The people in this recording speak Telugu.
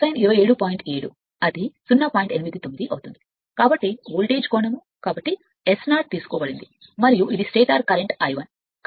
89 యొక్క కొసైన్ అవుతుంది కాబట్టి వోల్టేజ్ కోణం కాబట్టి S0 తీసుకోబడింది మరియు ఇది స్టేటర్ కరెంట్ I 1